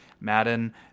Madden